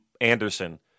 Anderson